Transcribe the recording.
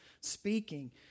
speaking